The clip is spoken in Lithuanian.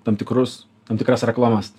tam tikrus tam tikras reklamas